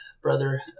brother